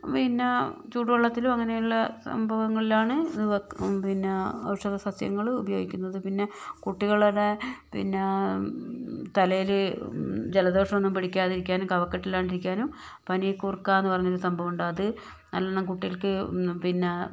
പിന്നെ ചൂടുവെള്ളത്തിലും അങ്ങനെയുള്ള സംഭവങ്ങളിലാണ് ഇത് വെക്ക് പിന്നാ ഔഷധസസ്യങ്ങള് ഉപയോഗിക്കുന്നത് പിന്നെ കുട്ടികളുടെ പിന്നാ തലേല് ജലദോഷൊന്നും പിടിക്കാതിരിക്കാന് കഫക്കെട്ടില്ലാണ്ടിരിക്കാനും പനിക്കൂർക്കാന്നു പറഞ്ഞൊരു സംഭവുണ്ട് അത് നല്ലൊണം കുട്ടികൾക്ക് പിന്നാ